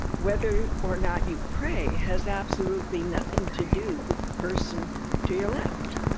whether or not you pray has absolutely nothing to do with the person to your left.